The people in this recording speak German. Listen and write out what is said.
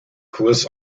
kurs